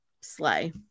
slay